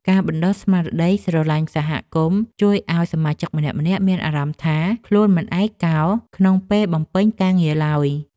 ការបណ្ដុះស្មារតីស្រឡាញ់សហគមន៍ជួយឱ្យសមាជិកម្នាក់ៗមានអារម្មណ៍ថា ខ្លួនមិនឯកោក្នុងពេលបំពេញការងារឡើយ។